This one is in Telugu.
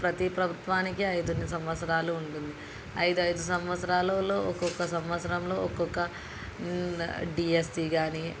ప్రతి ప్రభుత్వానికి ఐదు అని సంవత్సరాలు ఉంటుంది ఐదు ఐదు సంవత్సరాలలో ఒక్కొక్క సంవత్సరంలో ఒక్కొక్క డిఎస్సీ కానీ